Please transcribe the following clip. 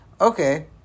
Okay